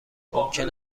ممکن